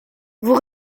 vous